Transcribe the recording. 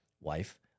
wife